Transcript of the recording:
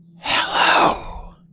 Hello